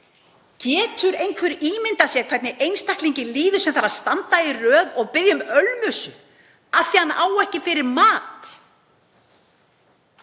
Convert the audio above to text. Getur einhver ímyndað sér hvernig einstaklingi líður sem þarf að standa í röð og biðja um ölmusu af því að hann á ekki fyrir mat?